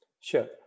Sure